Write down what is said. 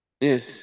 Yes